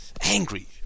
angry